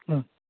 ம்